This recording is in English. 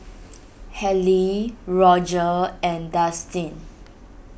Halle Roger and Dustin